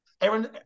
Aaron